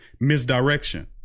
misdirection